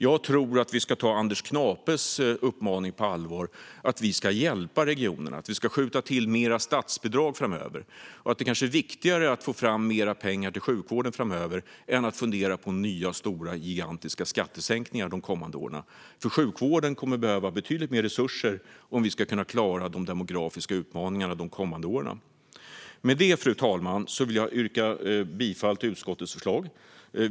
Jag tror att vi ska ta Anders Knapes uppmaning på allvar, att vi ska hjälpa regionerna och skjuta till mer statsbidrag framöver. Det kanske är viktigare att få fram mer pengar till sjukvården framöver än att fundera på nya, gigantiska skattesänkningar de kommande åren, för sjukvården kommer att behöva betydligt mer resurser om vi ska klara de demografiska utmaningarna de kommande åren. Med detta, fru talman, vill jag yrka bifall till utskottets förslag.